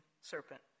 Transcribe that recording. serpent